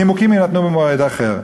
נימוקים יינתנו במועד אחר.